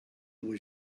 was